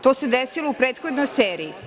To se desilo u prethodnoj seriji.